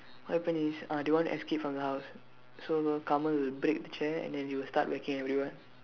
what happen is uh they want to escape from the house so Kamal will break the chair and then he will start whacking everyone